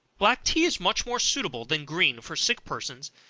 black tea is much more suitable than green for sick persons,